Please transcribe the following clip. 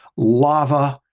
lava,